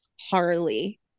Harley